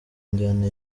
njyana